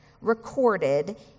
recorded